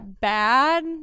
bad